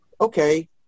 okay